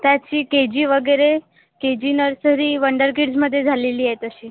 त्याची K G वगैरे K G nursery wonder किड्समध्ये झालेली आहे तशी